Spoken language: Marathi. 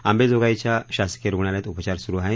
अंबाजोगाईच्या शासकीय रुग्णालयात उपचार सुरू आहेत